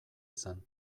izan